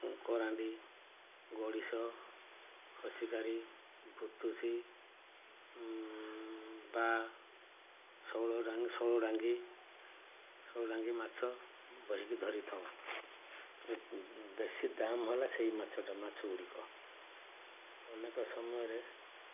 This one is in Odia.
କାରାଣ୍ଡି ଗଡ଼ିଶ ଭୋସିକାରି ଭୂତୁସି ବା ଷୋଳଡ଼ାଙ୍ଗ ଷୋଳଡ଼ାଙ୍ଗି ଷୋଳଡ଼ାଙ୍ଗି ମାଛ ବୋହିକି ଧରିଥାଉ ବେଶୀ ଦାମ୍ ହେଲା ସେଇ ମାଛଟା ମାଛ ଗୁଡ଼ିକ ଅନେକ ସମୟରେ